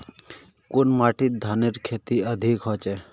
कुन माटित धानेर खेती अधिक होचे?